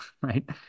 right